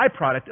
byproduct